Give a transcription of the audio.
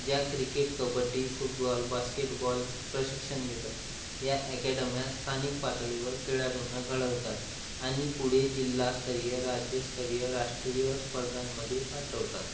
ज्या cricket kabaddi football basketball प्रशिक्षण देतात या अकॅडम्या स्थानिक पातळीवर खेळाडूंना घडवतात आणि पुढे जिल्हा स्तरीय राज्यस्तरीय राष्ट्रीय स्पर्धांमध्ये पाठवतात